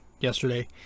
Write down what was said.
yesterday